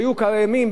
הדבר השני,